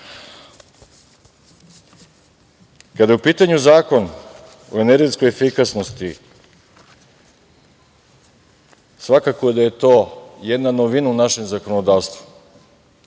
je u pitanju Zakon o energetskoj efikasnosti, svakako da je to jedna novina u našem zakonodavstvu